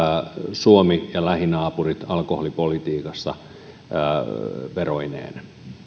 suomi ja lähinaapurit alkoholipolitiikassa veroineen